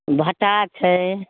भाँटा छै